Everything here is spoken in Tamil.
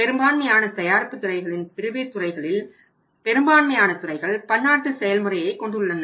பெரும்பான்மையான தயாரிப்பு துறைகளின் பிரிவுத்துறைகளில் பெரும்பான்மையான துறைகள் பன்னாட்டு செயல்முறையை கொண்டுள்ளன